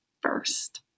first